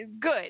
good